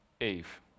Eve